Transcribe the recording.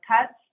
cuts